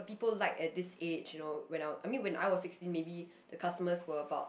people like at this age you know when I I mean when I was sixteen maybe the customer for about